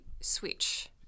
switch